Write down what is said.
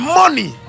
money